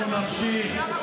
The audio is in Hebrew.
אנחנו נמשיך.